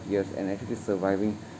years and actually surviving